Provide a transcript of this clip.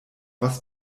was